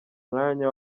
mwanya